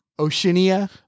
Oceania